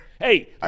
Hey